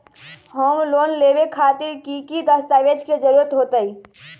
Home loan लेबे खातिर की की दस्तावेज के जरूरत होतई?